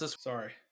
Sorry